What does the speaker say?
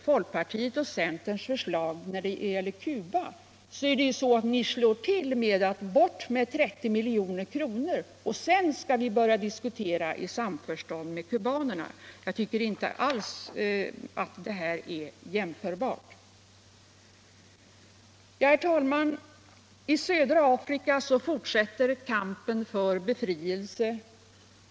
Folkpartiets och centerns förslag beträffande biståndet till Cuba innebär att de slår till direkt och vill ta bort 30 milj.kr., och sedan skall vi diskutera i samförstånd med kubanerna. Herr talman! I södra Afrika fortsätter kampen för befrielse.